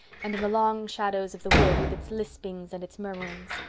and in the long shadows of the wood with its lispings and its murmurings.